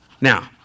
Now